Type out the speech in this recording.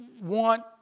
want